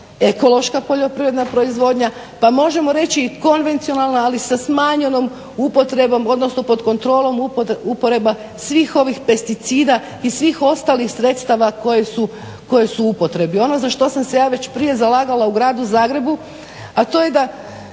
ekološka poljoprivredna proizvodnja pa možemo reći i konvencionalna ali sa smanjenom upotrebom, odnosno pod kontrolom uporabe svih ovih pesticida i svih ostalih sredstava koje su u upotrebi. Ono za što sam se ja već prije zalagala u gradu Zagrebu, a to je da